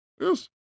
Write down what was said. Yes